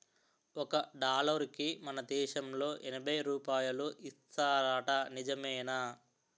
ఒక డాలరుకి మన దేశంలో ఎనబై రూపాయలు ఇస్తారట నిజమేనా